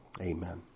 Amen